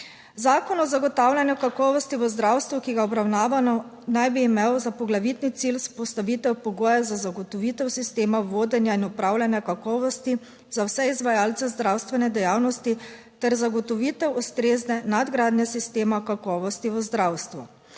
Zakon o zagotavljanju kakovosti v zdravstvu, ki ga obravnavamo, naj bi imel za poglavitni cilj vzpostavitev pogojev za zagotovitev sistema vodenja in upravljanja kakovosti za vse izvajalce zdravstvene dejavnosti ter zagotovitev ustrezne nadgradnje sistema kakovosti v zdravstvu.